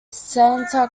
santa